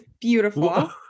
beautiful